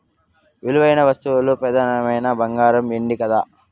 విలువైన వస్తువుల్ల పెదానమైనవి బంగారు, ఎండే కదా